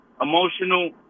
emotional